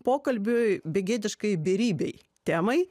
pokalbiui begėdiškai beribei temai